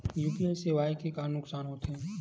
UPI सेवाएं के का नुकसान हो थे?